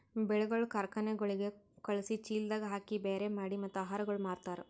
ಬೆಳಿಗೊಳ್ ಕಾರ್ಖನೆಗೊಳಿಗ್ ಖಳುಸಿ, ಚೀಲದಾಗ್ ಹಾಕಿ ಬ್ಯಾರೆ ಮಾಡಿ ಮತ್ತ ಆಹಾರಗೊಳ್ ಮಾರ್ತಾರ್